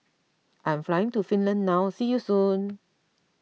I'm flying to Finland now see you soon